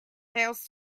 fails